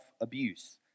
abuse